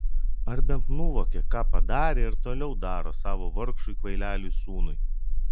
ar bent nuvokė ką padarė ir toliau daro savo vargšui kvaileliui sūnui